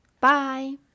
Bye